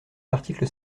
l’article